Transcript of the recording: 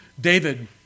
David